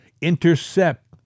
intercept